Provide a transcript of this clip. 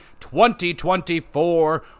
2024